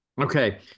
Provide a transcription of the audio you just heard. Okay